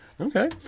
Okay